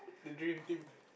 the dream team